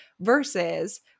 versus